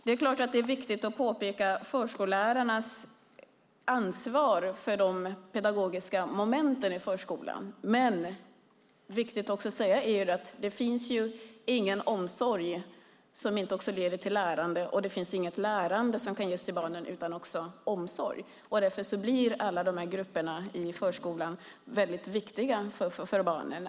Det är viktigt att påpeka förskollärarnas ansvar för de pedagogiska momenten i förskolan, men det är också viktigt att säga att det inte finns någon omsorg som inte också leder till lärande och det finns inget lärande som kan ges till barnen utan omsorg. Därför blir alla grupperna i förskolan viktiga för barnen.